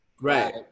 Right